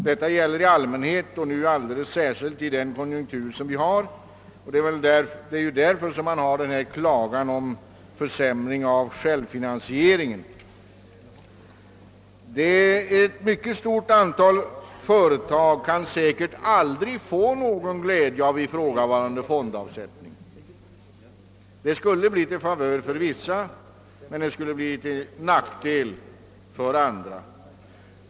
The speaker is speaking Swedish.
Detta gäller i allmänhet och alldeles särskilt i den konjunktur som nu råder. Det är därför det klagas på en försämrad självfinansiering. Ett myceket stort antal företag kan säkerligen aldrig få någon glädje av ifrågavarande fondavsättning. Den skulle bli till fördel för vissa men till nackdel för andra.